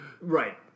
Right